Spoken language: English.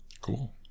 cool